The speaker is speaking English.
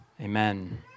Amen